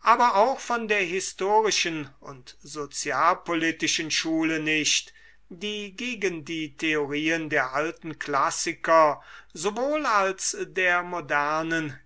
aber auch von der historischen und sozialpolitischen schule nicht die gegen die theorien der alten klassiker sowohl als der modernen